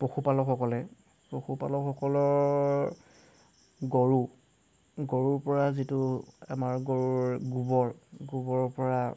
পশুপালকসকলে পশুপালকসকলৰ গৰু গৰুৰ পৰা যিটো আমাৰ গৰুৰ গোবৰ গোবৰৰ পৰা